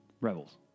Rebels